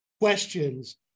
questions